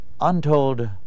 untold